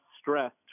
stressed